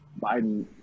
Biden